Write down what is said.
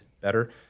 better